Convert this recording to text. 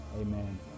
Amen